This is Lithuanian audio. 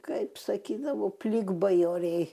kaip sakydavo plikbajoriai